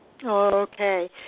Okay